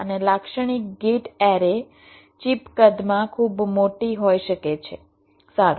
અને લાક્ષણિક gate array chip કદમાં ખૂબ મોટી હોઈ શકે છે સારું